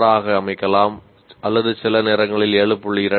6 ஆக அமைக்கலாம் அல்லது சில நேரங்களில் 7